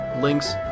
links